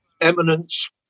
Eminence